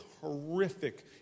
horrific